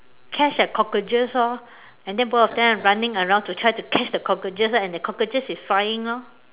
catch a cockroaches loh and then both of them are running around to catch the cockroaches then the cockroaches is flying loh